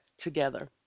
together